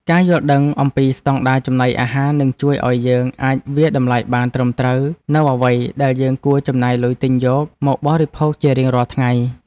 ការយល់ដឹងអំពីស្តង់ដារចំណីអាហារនឹងជួយឲ្យយើងអាចវាយតម្លៃបានត្រឹមត្រូវនូវអ្វីដែលយើងគួរចំណាយលុយទិញយក មកបរិភោគជារៀងរាល់ថ្ងៃ។